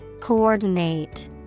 coordinate